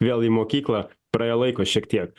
vėl į mokyklą praėjo laiko šiek tiek